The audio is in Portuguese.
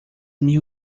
mil